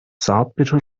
zartbitter